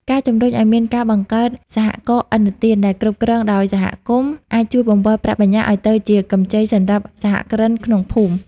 ការជំរុញឱ្យមានការបង្កើត "សហករណ៍ឥណទាន" ដែលគ្រប់គ្រងដោយសហគមន៍ អាចជួយបង្វិលប្រាក់បញ្ញើឱ្យទៅជាកម្ចីសម្រាប់សហគ្រិនក្នុងភូមិ។